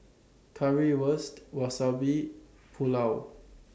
Currywurst Wasabi Pulao